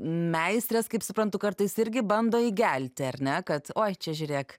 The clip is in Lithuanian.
meistrės kaip suprantu kartais irgi bando įgelti ar ne kad oi čia žiūrėk